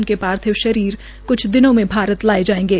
उनके पार्थिव शरीर कुछ दिनों में भारत लाए जायेंगे